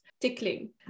tickling